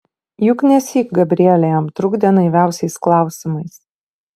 juk nesyk gabrielė jam trukdė naiviausiais klausimais